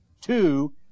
Two